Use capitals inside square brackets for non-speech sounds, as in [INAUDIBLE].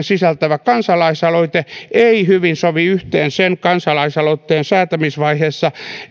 [UNINTELLIGIBLE] sisältävä kansalaisaloite ei hyvin sovi yhteen sen kansalaisaloitteen säätämisvaiheessa